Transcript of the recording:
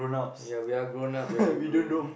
yeah we are grown up already bro